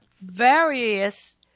various